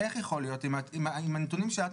איך זה יכול להיות, עם הנתונים שהצגת